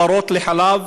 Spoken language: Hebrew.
פרות לחלב,